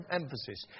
emphasis